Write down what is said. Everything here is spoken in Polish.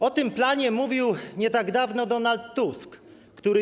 O tym planie mówił nie tak dawno Donald Tusk, który.